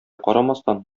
карамастан